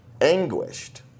anguished